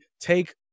take